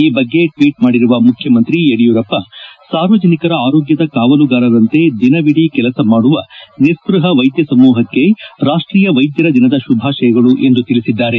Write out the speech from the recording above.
ಈ ಬಗ್ಗೆ ಟ್ವೀಟ್ ಮಾಡಿರುವ ಮುಖ್ಯಮಂತ್ರಿ ಯಡಿಯೂರಪ್ಪ ಸಾರ್ವಜನಿಕರ ಅರೋಗ್ಗದ ಕಾವಲುಗಾರರಂತೆ ದಿನವಿಡೀ ಕೆಲಸ ಮಾಡುವ ನಿಸ್ವಹ ವೈದ್ಯ ಸಮೂಹಕ್ಕೆ ರಾಷ್ಟೀಯ ವೈದ್ಯರ ದಿನದ ಶುಭಾಶಯಗಳು ತಿಳಿಸಿದ್ದಾರೆ